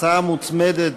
הצעה מוצמדת,